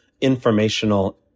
informational